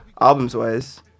Albums-wise